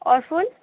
اور فل